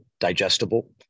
Digestible